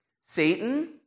Satan